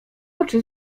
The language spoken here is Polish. oczy